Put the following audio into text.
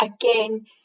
again